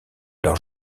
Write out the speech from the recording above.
leur